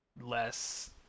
less